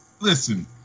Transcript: Listen